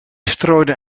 strooide